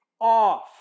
off